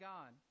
God